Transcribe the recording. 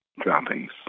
droppings